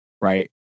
right